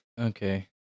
Okay